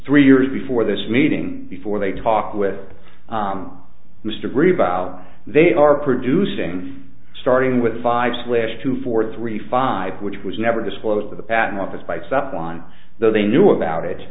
three years before this meeting before they talk with mr greebo they are producing starting with five slash two four three five which was never disclosed by the patent office by step one though they knew about it